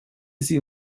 sie